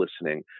listening